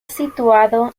situado